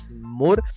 more